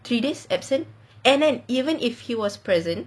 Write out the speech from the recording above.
three days absent and and even if he was present